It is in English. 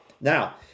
Now